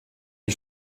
die